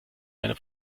einer